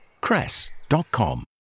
cress.com